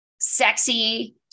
sexy